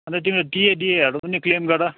अनि त तिमी टिए डिएहरू पनि क्लेम गर